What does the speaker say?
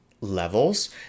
levels